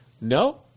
No